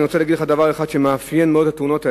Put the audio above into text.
אני רוצה לומר לך דבר אחד שמאפיין מאוד את התאונות האלה: